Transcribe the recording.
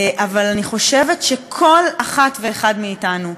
אבל אני חושבת שכל אחת ואחד מאתנו,